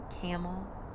camel